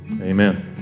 amen